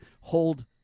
hold